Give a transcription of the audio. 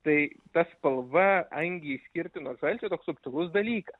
tai ta spalva angiai skirti nuo šalčio toks subtilus dalykas